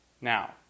Now